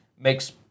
Makes